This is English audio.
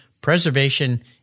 Preservation